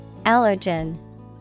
Allergen